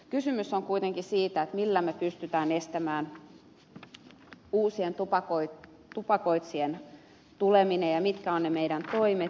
kysymys on kuitenkin siitä millä me pystymme estämään uusien tupakoitsijoiden tulemisen ja mitkä ovat meidän toimemme